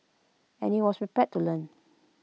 and he was prepared to learn